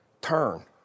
turn